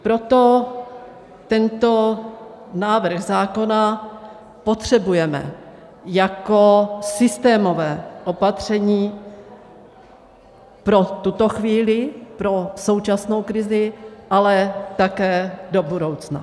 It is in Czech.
Proto tento návrh zákona potřebujeme jako systémové opatření pro tuto chvíli, pro současnou krizi, ale také do budoucna.